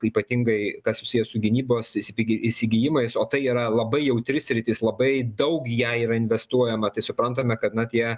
ypatingai kas susiję su gynybos įsigi įsigijimais o tai yra labai jautri sritis labai daug į ją yra investuojama tai suprantame kad na tie